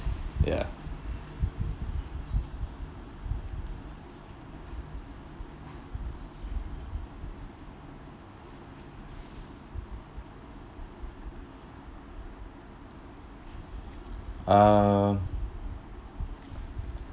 ya uh